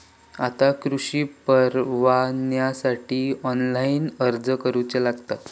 आता कृषीपरवान्यासाठी ऑनलाइन अर्ज करूचो लागता